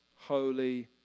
holy